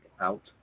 out